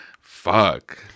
fuck